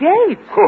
Gates